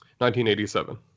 1987